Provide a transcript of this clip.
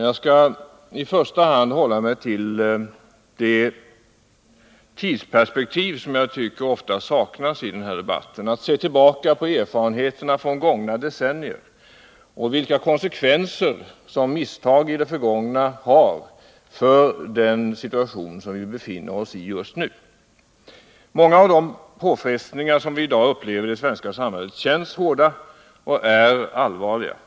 Jag skall i första hand hålla mig till det tidsperspektiv som jag tycker oftast saknas — att se tillbaka på erfarenheterna från gångna decennier och de konsekvenser som misstag i det förgångna har för den situation vi befinner oss i just nu. Många av de påfrestningar vi i dag upplever i det svenska samhället känns hårda och är allvarliga.